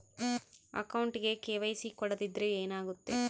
ಅಕೌಂಟಗೆ ಕೆ.ವೈ.ಸಿ ಕೊಡದಿದ್ದರೆ ಏನಾಗುತ್ತೆ?